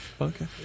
Okay